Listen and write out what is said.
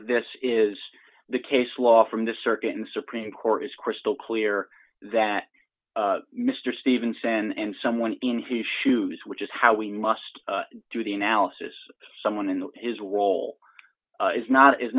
of this is the case law from the circuit in the supreme court is crystal clear that mr stevenson and someone in his shoes which is how we must do the analysis someone in his role is not is